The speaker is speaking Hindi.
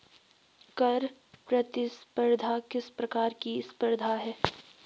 कर प्रतिस्पर्धा किस प्रकार की स्पर्धा है?